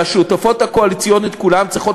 והשותפות הקואליציונית כולן צריכות